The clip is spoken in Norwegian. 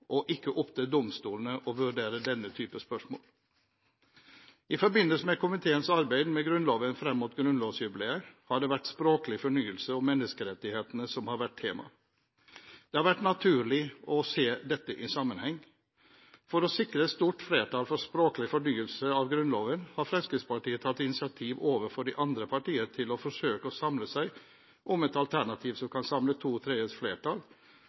og ikke opp til domstolene å vurdere denne type spørsmål. I forbindelse med komiteens arbeid med Grunnloven frem mot grunnlovsjubileet er det språklig fornyelse og menneskerettighetene som har vært tema. Det har vært naturlig å se dette i sammenheng. For å sikre et stort flertall for språklig fornyelse av Grunnloven har Fremskrittspartiet tatt initiativ overfor de andre partier til å forsøke å samle seg om et alternativ som kan samle to tredjedels flertall,